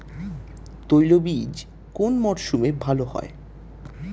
তৈলবীজ কোন মরশুমে ভাল হয়?